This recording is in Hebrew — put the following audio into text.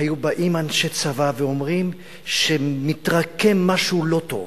היו באים אנשי צבא ואומרים שמתרקם משהו לא טוב,